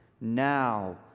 Now